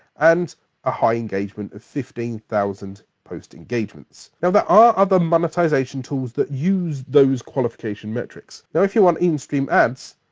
and a high engagement of fifteen thousand post engagements. now there are other monetization tools that use those qualification metrics. now if you want in-stream ads,